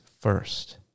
first